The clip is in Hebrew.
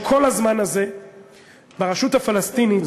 שכל הזמן הזה ברשות הפלסטינית,